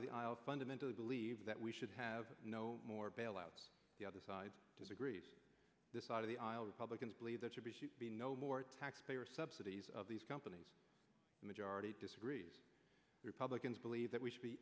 of the aisle fundamentally believe that we should have no more bailouts the other side disagrees this side of the aisle republicans believe that should be no more taxpayer subsidies of these companies the majority disagrees republicans believe that we should be